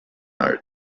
art